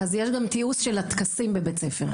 אז יש גם תיעוש של הטקסים בבית ספר.